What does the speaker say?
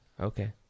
Okay